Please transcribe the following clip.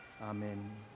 amen